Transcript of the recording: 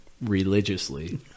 religiously